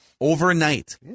overnight